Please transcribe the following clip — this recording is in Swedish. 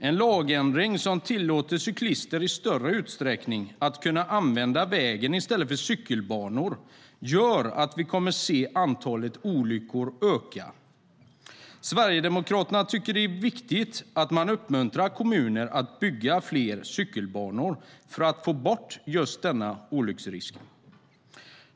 En lagändring som tillåter cyklister i större utsträckning att kunna använda vägen i stället för cykelbanor gör att vi kommer se antalet olyckor öka. Sverigedemokraterna tycker det är viktigt att man uppmuntrar kommuner att bygga fler cykelbanor för att få bort just denna olycksrisk.